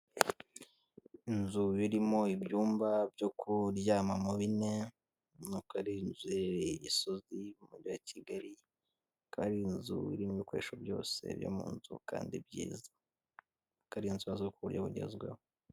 Inzu irimo ibyumba byo kuryamamo bine, ubona ko ari inzu iherereye i Gisozi mu mugi wa Kigali ikaba ari inzu irimo ibikoresho byose byo mu nzu kandi byiza, ikaba ari inzu yubatswe ku buryo bugezweho.